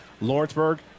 Lawrenceburg